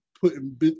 putting